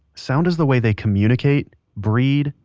sound is the way they communicate, breed,